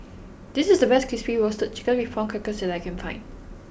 this is the best Crispy Roasted Chicken With Prawn Crackers that I can find